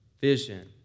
vision